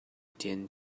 din